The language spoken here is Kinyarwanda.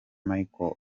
michelle